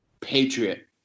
patriot